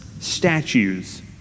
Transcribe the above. statues